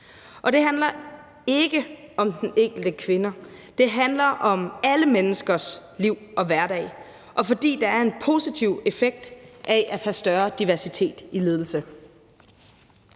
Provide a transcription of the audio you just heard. Og det handler ikke om den enkelte kvinde, det handler om alle menneskers liv og hverdag. Det er, fordi der er en positiv effekt af at have større diversitet i ledelse.